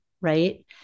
right